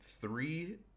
three